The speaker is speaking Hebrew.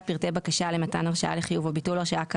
פרטי בקשה למתן הרשאה לחיוב או ביטול הרשאה כאמור,